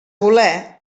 voler